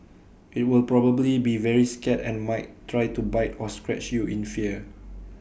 IT will probably be very scared and might try to bite or scratch you in fear